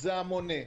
- זה המונה.